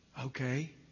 Okay